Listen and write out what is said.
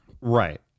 Right